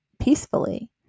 peacefully